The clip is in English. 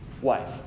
Wife